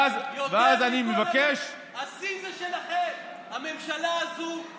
ואז אני מבקש, אתם לקחתם יותר מכל הממשלות אי פעם.